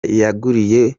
yaguriye